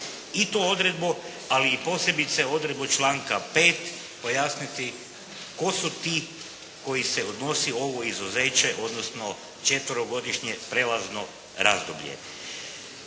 i tu odredbu ali i posebice odredbu članka 5. pojasniti tko su ti koji se odnosi ovo izuzeće odnosno četverogodišnje prijelazno razdoblje.